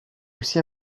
aussi